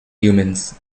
humans